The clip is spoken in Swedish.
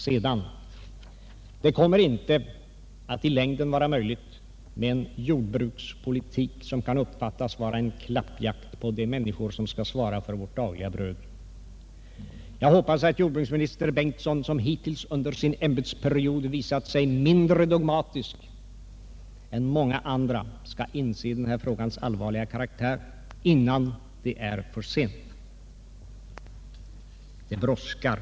Sedan: Det kommer inte att i längden vara möijligt med en jordbrukspolitik som kan uppfattas vara en klappjakt på de människor som skall svara för värt dagliga bröd. Jag hoppas att jordbruksminister Bengtsson, som hittills under sin ämbetsperiod visat sig mindre dogmatisk än mänga andra, skall inse denna frågas allvarliga karaktär innan det är för sent. Det brådskar.